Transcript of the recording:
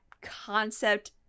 concept